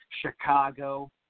Chicago